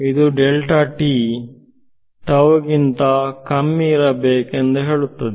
ಇದು delta t tau ನಿಂತ ಕಮ್ಮಿ ಇರಬೇಕೆಂದು ಹೇಳುತ್ತದೆ